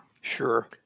Sure